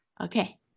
okay